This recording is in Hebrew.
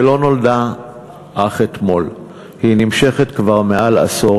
שלא נולדה אך אתמול, היא נמשכת כבר יותר מעשור.